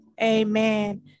Amen